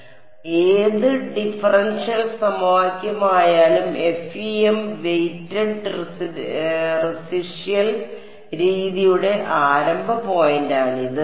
അതിനാൽ ഏത് ഡിഫറൻഷ്യൽ സമവാക്യമായാലും FEM വെയ്റ്റഡ് റെസിഷ്യൽ രീതിയുടെ ആരംഭ പോയിന്റാണിത്